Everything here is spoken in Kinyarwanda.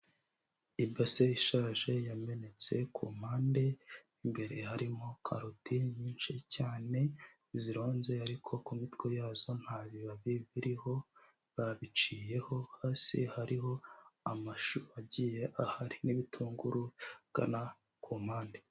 Ibase ishaje yamenetse ku mpande, imbere harimo karote nyinshi cyane zironze, ariko ku mitwe yazo nta bibabi biriho, babiciyeho. Hasi hariho amashu agiye ahari, n'ibitunguru ahagana ku mpande.